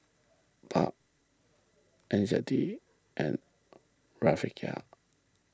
Baht N Z D and Rufiyaa